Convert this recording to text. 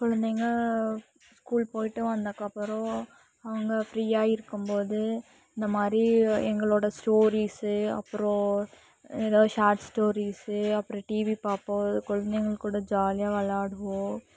குழந்தைங்கள் ஸ்கூல் போயிட்டு வந்தக்கப்புறோம் அவங்க ஃப்ரீயாக இருக்கும்போது இந்தமாதிரி எங்களோடய ஸ்டோரிஸ்ஸு அப்புறோம் எதாவது ஷார்ட் ஸ்டோரிஸ்ஸு அப்புறோம் டிவி பார்ப்போம் குழந்தைங்கள் கூட ஜாலியாக விளாடுவோம்